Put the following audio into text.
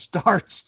starts